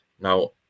Now